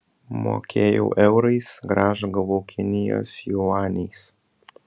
mokėjau eurais grąžą gavau kinijos juaniais